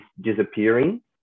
disappearing